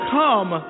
come